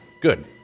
Good